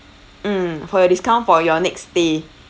mm for your discount for your next stay